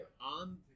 on